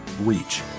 reach